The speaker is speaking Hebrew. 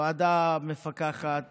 הוועדה מפקחת